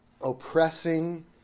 oppressing